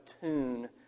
tune